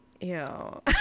Ew